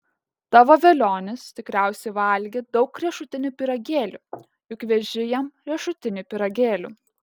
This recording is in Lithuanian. tavo velionis tikriausiai valgė daug riešutinių pyragėlių juk veži jam riešutinių pyragėlių